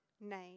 name